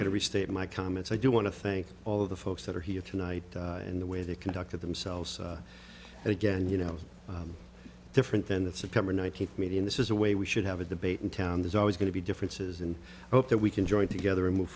going to restate my comments i do want to thank all of the folks that are here tonight and the way they conducted themselves and again you know different than the september nineteenth meeting this is a way we should have a debate in town there's always going to be differences and hope that we can join together and move